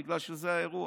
בגלל שזה האירוע,